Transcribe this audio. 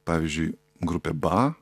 pavyzdžiui grupė ba